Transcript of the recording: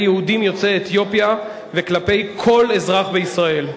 יהודים יוצאי אתיופיה וכלפי כל אזרח בישראל.